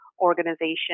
organization